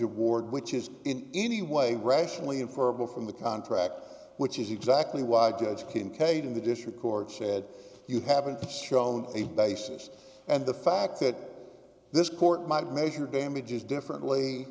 award which is in any way rationally inferrable from the contract which is exactly why a judge came kade in the district court said you haven't shown a basis and the fact that this court might measure damages differently